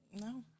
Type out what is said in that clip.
no